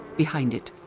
behind it,